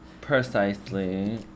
Precisely